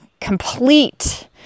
complete